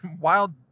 wild